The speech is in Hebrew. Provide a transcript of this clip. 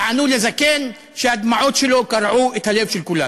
תענו לזקן שהדמעות שלו קרעו את הלב של כולם.